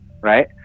right